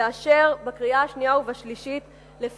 לאשר את הצעת החוק בקריאה שנייה ושלישית,